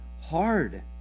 hard